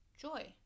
joy